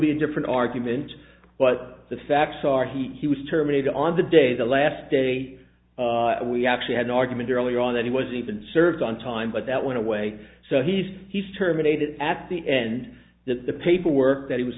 be a different argument but the facts are he was terminated on the day the last day we actually had an argument earlier on that he was even served on time but that went away so he's he's terminated at the end that the paperwork that he was